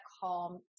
calm